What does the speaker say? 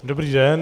Dobrý den.